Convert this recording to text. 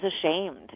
ashamed